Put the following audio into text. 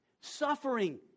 suffering